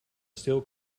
still